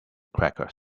crackers